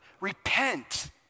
Repent